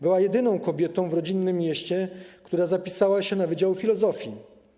Była jedyną kobietą w rodzinnym mieście, która zapisała się na wydział filozofii.